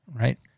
right